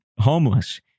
homeless